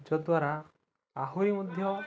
ଯଦ୍ୱାରା ଆହୁରି ମଧ୍ୟ